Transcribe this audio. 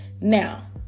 Now